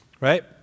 right